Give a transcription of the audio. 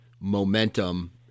momentum